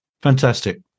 fantastic